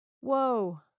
whoa